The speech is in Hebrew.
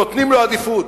נותנים לו עדיפות,